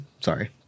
Sorry